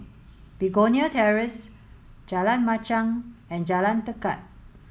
Begonia Terrace Jalan Machang and Jalan Tekad